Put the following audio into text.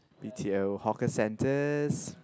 b_t_o hawker centers